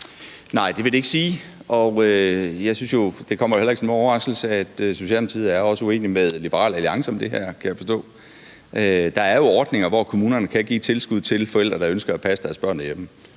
Nej, det vil det ikke sige, og det kommer jo heller ikke som nogen overraskelse, at Socialdemokratiet også er uenig med Liberal Alliance om det her. Der er jo ordninger, hvor kommunerne kan give tilskud til forældre, der ønsker at passe deres børn derhjemme